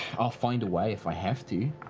i'll find a way if i have to,